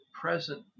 present